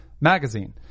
Magazine